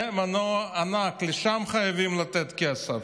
זה מנוע ענק, לשם חייבים לתת כסף.